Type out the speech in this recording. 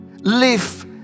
live